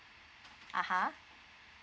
(uh huh)